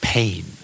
Pain